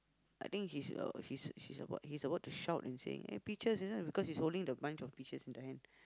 I think he's uh he's he's about he's about to shout and saying eh peaches because he's holding a bunch of peaches on the hand